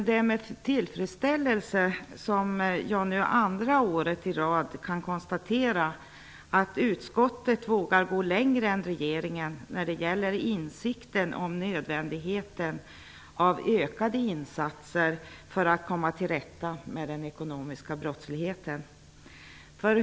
Det är med tillfredsställelse som jag nu andra året i rad kan konstatera att utskottet vågar gå längre än regeringen när det gäller insikten om nödvändigheten av ökade insatser för att komma till rätta med den ekonomiska brottsligheten.